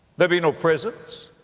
there'll be no prisons.